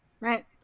Right